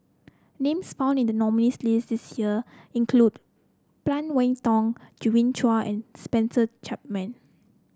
names found in the nominees' list this year include Phan Wait Hong Genevieve Chua and Spencer Chapman